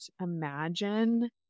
imagine